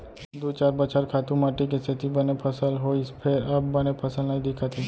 दू चार बछर खातू माटी के सेती बने फसल होइस फेर अब बने फसल नइ दिखत हे